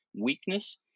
weakness